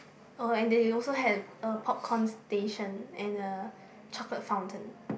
or and they also had a popcorn station and a chocolate fountain